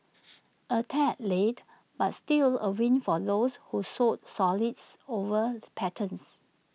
A tad late but still A win for those who sold solids over patterns